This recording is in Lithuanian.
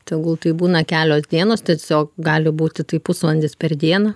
tegul tai būna kelios dienos tiesiog gali būti tai pusvalandis per dieną